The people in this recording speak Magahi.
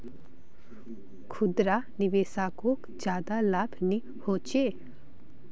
खुदरा निवेशाकोक ज्यादा लाभ नि होचे